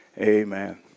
amen